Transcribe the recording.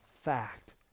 fact